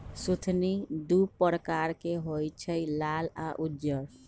सुथनि दू परकार के होई छै लाल आ उज्जर